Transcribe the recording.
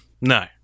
No